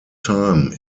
time